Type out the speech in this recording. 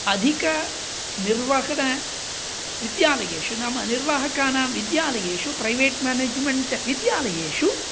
अधिकनिर्वहणविद्यालयेषु नाम निर्वाहकानां विद्यालयेषु प्रैवेट् मेनेज्मेन्ट् विद्यालयेषु